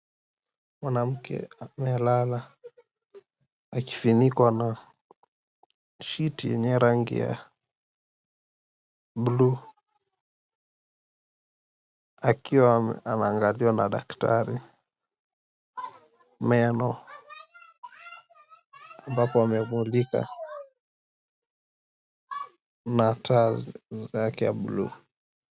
Mwanamke amelala akifinikwa na shiti yenye rangi ya bluu akiwa anaangaliwa na daktari meno ambapo amemulika na taa zake ya bluu.